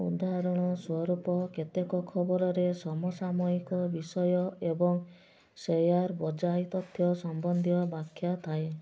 ଉଦାହରଣ ସ୍ୱରୂପ କେତେକ ଖବରରେ ସମସାମୟିକ ବିଷୟ ଏବଂ ସେୟାର୍ ବଜାଇ ତଥ୍ୟ ସମ୍ବନ୍ଧୀୟ ବ୍ୟାଖ୍ୟା ଥାଏ